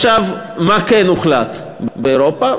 מה כן הוחלט באירופה?